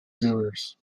doers